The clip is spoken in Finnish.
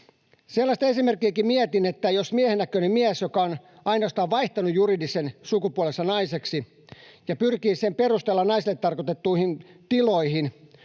Sellaista esimerkkiäkin mietin, että miehennäköinen mies, joka on ainoastaan vaihtanut juridisen sukupuolensa naiseksi ja pyrkii sen perusteella naisille tarkoitettuihin tiloihin,